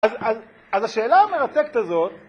אז... אז... אז השאלה המרתקת הזאת...